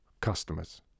Customers